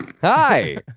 Hi